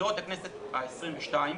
בבחירות לכנסת העשרים ושתיים